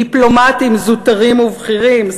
דיפלומטים זוטרים ובכירים,